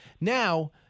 Now